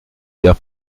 gars